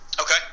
Okay